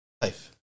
Life